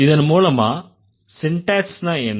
இதன் மூலமா சிண்டேக்ஸ்னா என்ன